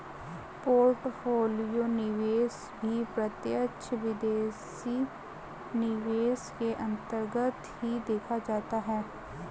portfolio निवेश भी प्रत्यक्ष विदेशी निवेश के अन्तर्गत ही देखा जाता है